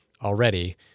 already